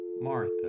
Martha